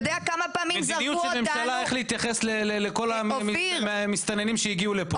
זו מדיניות של ממשלה איך להתייחס לכל המסתננים שהגיעו לפה.